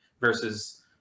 versus